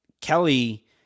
Kelly